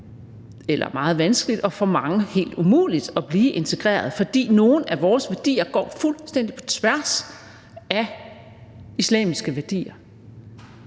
eller meget vanskeligt og for mange helt umuligt at blive integreret, fordi nogle af vores værdier går fuldstændig på tværs af islamiske værdier.